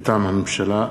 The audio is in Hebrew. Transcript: לקריאה ראשונה,